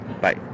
Bye